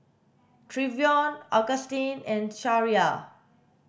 Trevion Augustin and Sariah